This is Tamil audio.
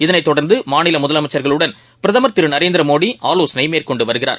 இதனைதொடந்தமாநிலமுதலமைச்சர்களுடன் பிரதமர் திருநரேந்திரமோடிஆலோசனைமேற்கொண்டுவருகிறார்